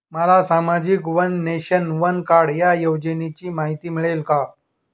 मला सामाजिक one nation, one card या योजनेची माहिती मिळेल का?